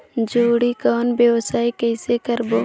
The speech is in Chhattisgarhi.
जोणी कौन व्यवसाय कइसे करबो?